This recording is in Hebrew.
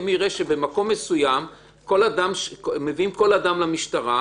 אם יראה שבמקום מסוים מביאים כל אדם למשטרה,